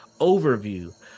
overview